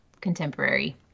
contemporary